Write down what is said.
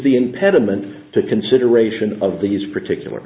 the impediment to consideration of these particular